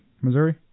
Missouri